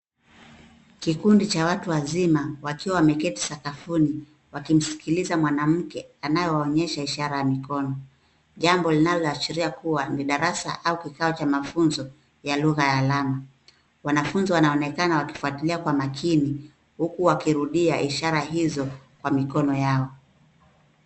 Kikundi cha watu wazima wakiwa wameketi sakafuni; wakimsikiliza mwanamke anayeonyesha ishara ya mikono, jambo linaloashiria kuwa ni darasa au kikao cha mafunzo ya lugha ya alama. Wanafunzi wanaonekana wakifuatilia kwa makini huku wakirudia ishara hizo kwa mikono yao.